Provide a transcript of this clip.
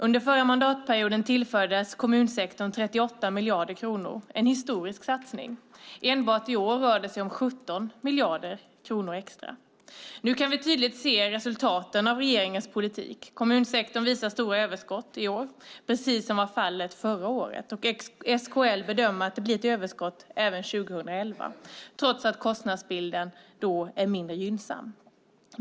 Under förra mandatperioden tillfördes kommunsektorn 38 miljarder kronor - en historiskt stor satsning. Enbart i år rör det sig om 17 miljarder extra. Nu kan vi tydligt se resultaten av regeringens politik. Kommunsektorn visar stora överskott i år, precis som var fallet förra året, och SKL bedömer att det blir ett överskott även 2011, trots att kostnadsbilden då är mindre gynnsam.